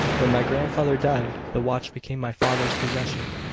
when my grandfather died the watch became my father's possession.